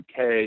UK